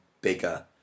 bigger